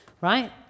right